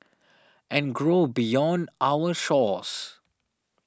and grow beyond our shores